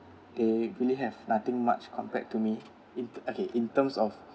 they really have nothing much compared to me into okay in terms of